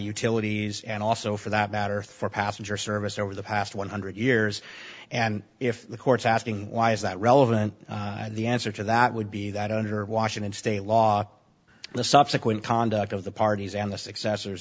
utilities and also for that matter through passenger service over the past one hundred years and if the courts asking why is that relevant the answer to that would be that under washington state law the subsequent conduct of the parties and the successor